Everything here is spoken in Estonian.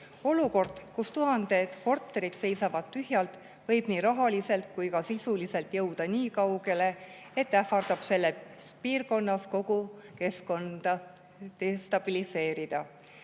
Olukord, kus tuhanded korterid seisavad tühjalt, võib nii rahaliselt kui ka sisuliselt jõuda nii kaugele, et ähvardab selles piirkonnas kogu keskkonda destabiliseerida.